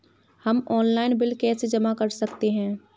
हम online bill कैसे जमा कर सकते हैं?